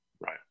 Right